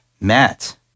Matt